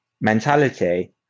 Mentality